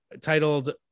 titled